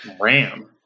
Ram